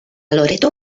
loreto